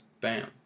Bam